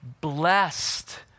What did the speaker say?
blessed